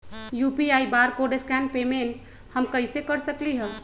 UPI barcode scan payment हम कईसे कर सकली ह?